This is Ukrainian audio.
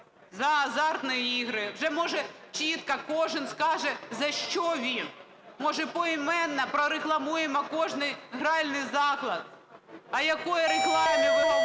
за азартні ігри"? Вже може чітко кожен скаже, за що він, може, поіменно прорекламуємо кожний гральний заклад? О якій рекламі ви говорите